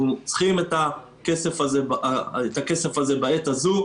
אנחנו צריכים את הכסף הזה בעת הזו,